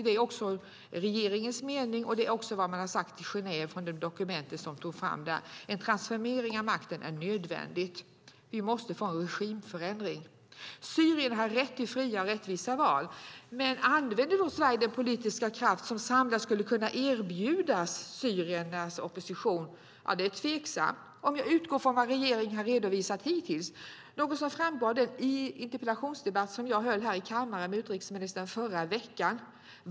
Det är också regeringens mening, och det är vad man har sagt i Genève i det dokument som togs fram där. En transferering av makten är nödvändig. Det måste bli en regimförändring. Syrierna har rätt till fria och rättvisa val. Men använder Sverige den politiska kraft som samlat skulle kunna erbjudas syriernas opposition? Ja, det är tveksamt, om jag utgår från vad regeringen har redovisat hittills. Det framgår av den interpellationsdebatt som jag hade med utrikesministern här i kammaren förra veckan.